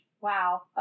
Wow